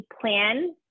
plan